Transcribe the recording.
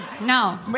No